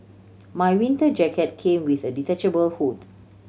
my winter jacket came with a detachable hood